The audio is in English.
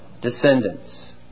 descendants